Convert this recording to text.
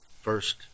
first